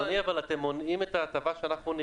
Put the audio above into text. אדוני, אבל אתם מונעים את ההטבה שאנחנו ניתן.